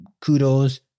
kudos